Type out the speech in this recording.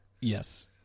yes